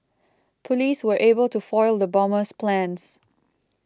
police were able to foil the bomber's plans